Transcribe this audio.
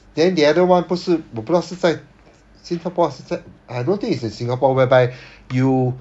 then the other one 不是我不知道是在新加坡还是在 I don't think it's in singapore whereby you